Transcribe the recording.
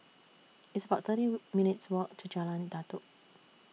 It's about thirty minutes' Walk to Jalan Datoh